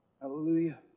Hallelujah